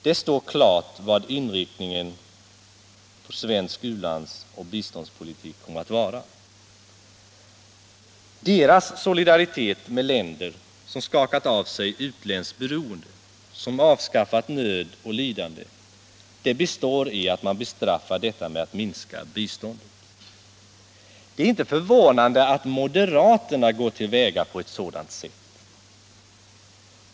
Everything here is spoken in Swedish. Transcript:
Det står klart vilken inriktning svensk u-lands och biståndspolitik kommer att få. De borgerligas solidaritet med länder som skakat av sig utländskt beroende, som avskaffat nöd och lidande, består i bestraffningen att man minskar biståndet till dem. Det är inte förvånande att moderaterna går till väga på ett sådant sätt.